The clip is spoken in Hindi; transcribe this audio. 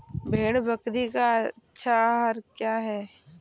भेड़ बकरी का अच्छा आहार क्या है?